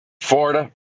Florida